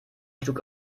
schlug